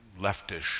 leftish